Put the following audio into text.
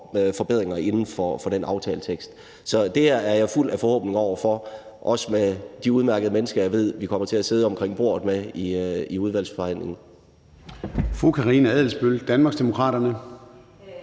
forbedringer inden for den aftaletekst. Så det er jeg fuld af forhåbning for – også med de udmærkede mennesker, som jeg ved at vi kommer til at sidde rundt om bordet med i udvalgsbehandlingen.